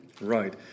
Right